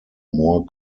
more